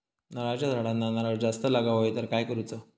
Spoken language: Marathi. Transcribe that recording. नारळाच्या झाडांना नारळ जास्त लागा व्हाये तर काय करूचा?